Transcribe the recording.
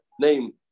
name